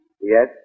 Yes